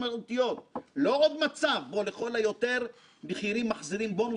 אלא סנקציות שיגרמו לכל בכיר לחשוב ולזכור את